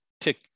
tick